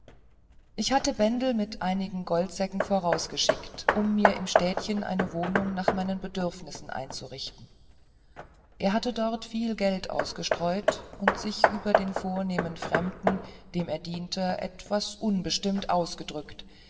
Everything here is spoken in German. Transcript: ich hatte bendel mit einigen goldsäcken voraus geschickt um mir im städtchen eine wohnung nach meinen bedürfnissen einzurichten er hatte dort viel geld ausgestreut und sich über den vornehmen fremden dem er diente etwas unbestimmt ausgedrückt